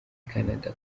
canada